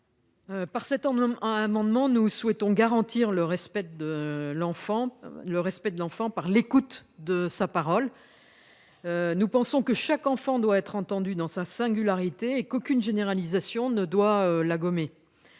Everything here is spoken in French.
Par cet amendement, nous souhaitons garantir le respect de l'enfant par l'écoute de sa parole. Nous pensons que chaque enfant doit être entendu dans sa singularité, et qu'aucune généralisation ne doit gommer